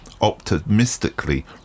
optimistically